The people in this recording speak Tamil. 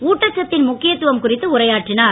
ஊட்டச்சத்தின் முக்கியத்துவம் குறித்து உரையாற்றினார்